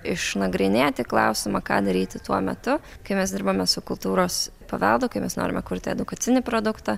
išnagrinėti klausimą ką daryti tuo metu kai mes dirbame su kultūros paveldo kai mes norime kurti edukacinį produktą